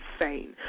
insane